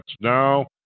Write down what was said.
now